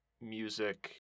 music